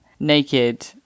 Naked